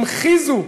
המחיזו,